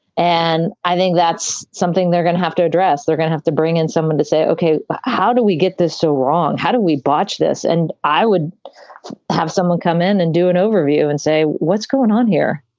and i think that's something they're going to have to address. they're going to have to bring in someone to say, ok, how do we get this so wrong? how do we botch this? and i would have someone come in and do an overview and say, what's going on here?